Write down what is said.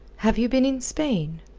have you been in spain?